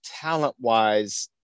talent-wise